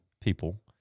people